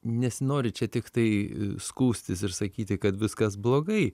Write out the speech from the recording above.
nesinori čia tiktai skųstis ir sakyti kad viskas blogai